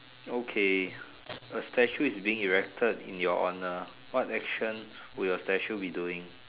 okay a statue is being erected in your honor what action would your statue be doing